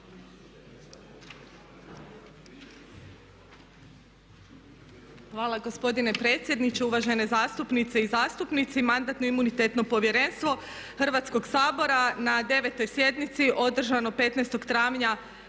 Hvala gospodine predsjedniče. Uvažene zastupnice i zastupnici. Mandatno-imunitetno povjerenstvo Hrvatskog sabora na 9.sjednici održanoj 15.travnja